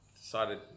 decided